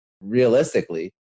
Realistically